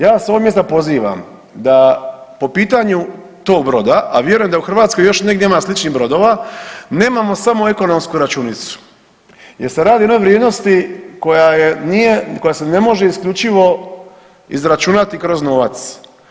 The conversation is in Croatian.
Ja vas s ovog mjesta pozivam da po pitanju tog broda, a vjerujem da u Hrvatskoj još negdje ima sličnih brodova nemamo samo ekonomsku računicu, jer se radi o jednoj vrijednosti koja nije, koja se ne može isključivo izračunati kroz novac.